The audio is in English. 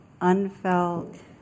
unfelt